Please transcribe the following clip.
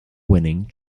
winning